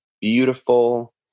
beautiful